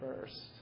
first